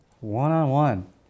One-on-one